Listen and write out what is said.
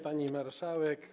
Pani Marszałek!